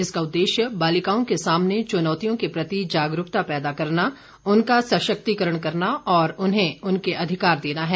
इसका उद्देश्य बालिकाओं के सामने चुनौतियों के प्रति जागरूकता पैदा करना उनका सशक्तिकरण करना और उन्हें उनके अधिकार देना है